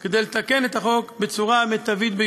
כדי לתקן את החוק בצורה המיטבית.